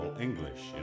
English